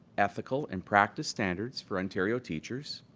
ethical and practise standards for ontario teachers,